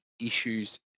issues